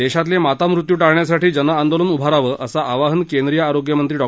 देशातले मातामृत्यू टाळण्यासाठी जनआंदोलन उभारावं असं आवाहन केंद्रीय आरोग्यमत्री डॉ